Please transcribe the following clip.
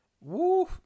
Woo